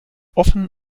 offene